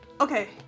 Okay